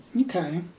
Okay